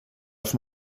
auf